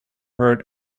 heard